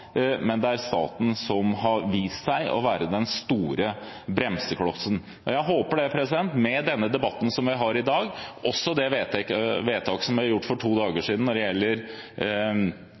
det vilje lokalt – det er staten som har vist seg å være den store bremseklossen. Med den debatten som vi har i dag, og med det vedtaket som ble fattet for to dager siden,